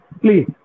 please